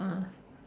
ah